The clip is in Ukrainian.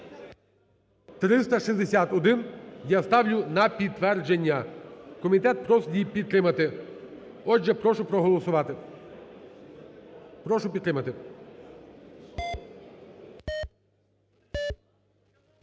361 я ставлю на підтвердження. Комітет просить її підтримати. Отже, прошу проголосувати. Прошу підтримати.